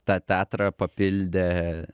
tą teatrą papildė